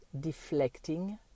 deflecting